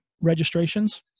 registrations